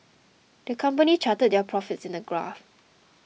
the company charted their profits in a graph